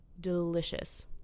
delicious